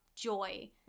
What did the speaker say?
joy